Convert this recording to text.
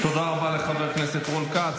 תודה רבה לחבר הכנסת רון כץ.